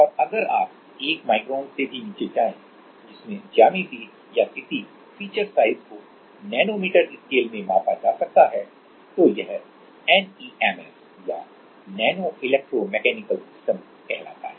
और अगर आप 1 माइक्रोन से भी नीचे जाएं जिसमें ज्यामिति या किसी फीचर साइज को नैनोमीटर स्केल में मापा जा सकता है तो यह एनईएमएस या नैनो इलेक्ट्रो मैकेनिकल सिस्टम कहलाता है